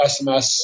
SMS